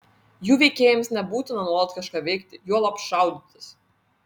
jų veikėjams nebūtina nuolat kažką veikti juolab šaudytis